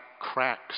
cracks